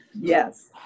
Yes